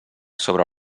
sobre